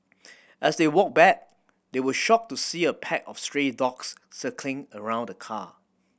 as they walked back they were shocked to see a pack of stray dogs circling around the car